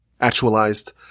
actualized